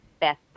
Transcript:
Best